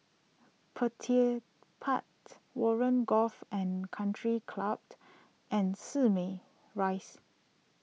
Petir part Warren Golf and Country clapped and Simei Rise